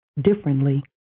differently